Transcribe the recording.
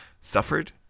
suffered